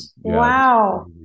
Wow